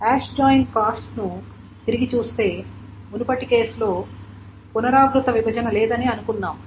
hash join cost ను తిరిగి చూస్తే మునుపటి కేసులో పునరావృత విభజన లేదని అనుకున్నాము